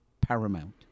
paramount